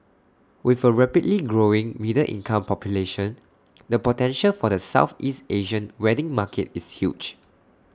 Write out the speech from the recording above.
with A rapidly growing middle income population the potential for the Southeast Asian wedding market is huge